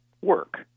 work